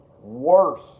worse